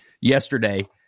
yesterday